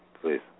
please